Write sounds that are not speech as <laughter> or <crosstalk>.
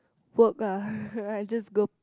work ah <laughs> I just go